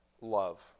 love